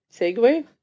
Segue